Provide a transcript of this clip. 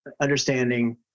understanding